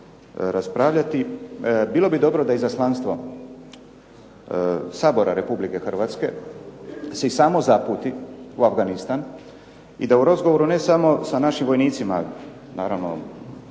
Bilo bi dobro da izaslanstvo Sabora RH se i samo zaputi u Afganistan i da u razgovoru ne samo sa našim vojnicima, naravno